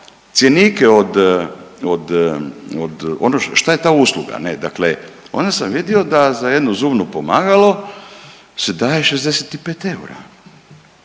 ono, šta je ta usluga, dakle, onda sam vidio da za jedno zubno pomagalo se daje 65 eura.